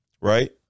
right